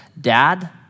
dad